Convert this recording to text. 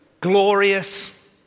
glorious